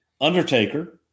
Undertaker